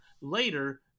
later